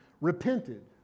repented